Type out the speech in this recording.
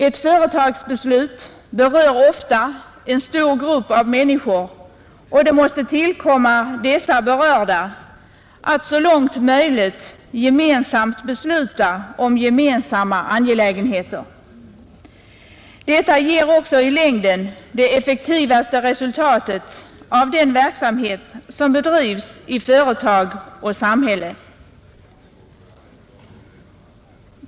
Ett företagsbeslut berör ofta en stor grupp människor, och det måste tillkomma dessa berörda att så långt möjligt gemensamt besluta om gemensamma angelägenheter. Detta ger också i längden det effektivaste resultatet av den verksamhet som bedrivs i företag och samhälle.